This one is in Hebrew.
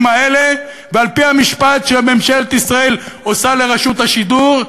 האלה ועל-פי המשפט שממשלת ישראל עושה לרשות השידור,